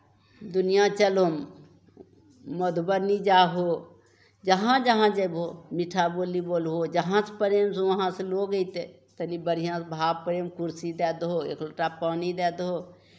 दुनिआँ चलहौ मधुबनी जाहौ जहाँ जहाँ जयबौ मीठा बोली बोलहौ जहाँ प्रेमसँ वहाँसँ लोक अयतै तनि बढ़िआँ भाव प्रेम कुरसी दए दहो एक लोटा पानि दए दहौ